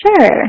Sure